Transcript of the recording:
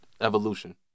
evolution